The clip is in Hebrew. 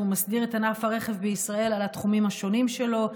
והוא מסדיר את ענף הרכב בישראל על התחומים השונים שלו,